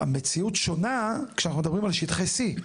המציאות שונה כשאנחנו מדברים על שטחי C,